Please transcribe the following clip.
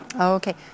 Okay